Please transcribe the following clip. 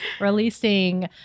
releasing